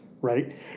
right